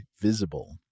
Visible